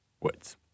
Woods